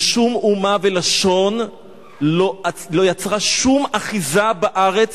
ששום אומה ולשון לא יצרה שום אחיזה בארץ.